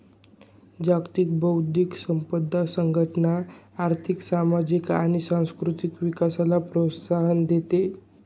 जागतिक बौद्धिक संपदा संघटना आर्थिक, सामाजिक आणि सांस्कृतिक विकासाला प्रोत्साहन देते